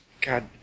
God